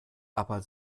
aber